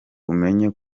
umenye